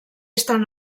estan